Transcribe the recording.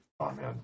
amen